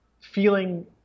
feeling